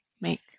make